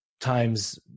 times